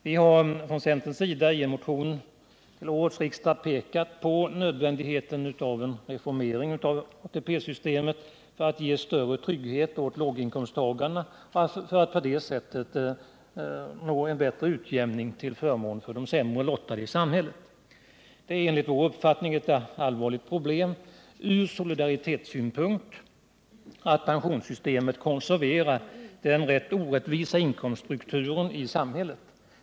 Vi har från centerns sida i en motion till årets riksdag pekat på nödvändigheten av en reformering av ATP-systemet för att ge större trygghet åt låginkomsttagarna och uppnå en utjämning till förmån för de sämre lottade i samhället. Det är enligt vår mening ett allvarligt problem ur solidaritetssynpunkt att pensionssystemet konserverar den relativt orättvisa inkomst strukturen i samhället.